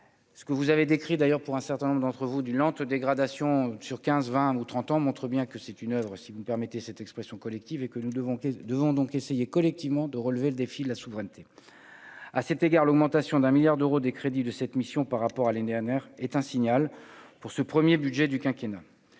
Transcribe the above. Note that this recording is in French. Ce que vous avez décrit d'ailleurs pour un certain nombre d'entre vous d'une lente dégradation sur 15, 20 ou 30 ans, montre bien que c'est une oeuvre et si vous me permettez cette expression collective et que nous devons devant donc essayer collectivement de relever le défi de la souveraineté, à cet égard l'augmentation d'un milliard d'euros, des crédits de cette mission par rapport à l'est un signal pour ce 1er budget du quinquennat